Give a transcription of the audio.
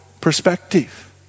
perspective